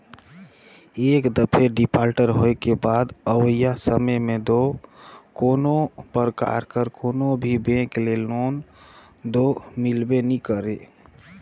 एक दफे डिफाल्टर होए के बाद अवइया समे में दो कोनो परकार कर कोनो भी बेंक में लोन दो मिलबे नी करे